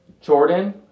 Jordan